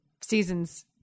seasons